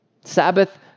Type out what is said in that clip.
Sabbath